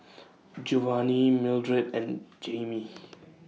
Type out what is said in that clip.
Jovani Mildred and Jamie